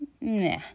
nah